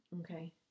okay